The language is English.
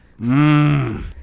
Mmm